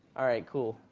all right cool.